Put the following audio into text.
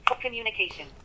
communication